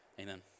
Amen